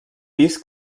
pis